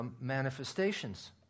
manifestations